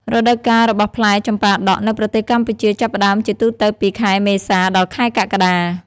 រដូវកាលរបស់ផ្លែចម្ប៉ាដាក់នៅប្រទេសកម្ពុជាចាប់ផ្តើមជាទូទៅពី ខែមេសា ដល់ខែកក្កដា ។